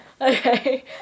Okay